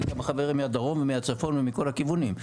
ויש פה חברים מהדרום ומהצפון ומכל הכיוונים.